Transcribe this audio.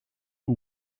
who